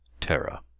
Terra